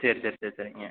சரி சரி சரி சரிங்க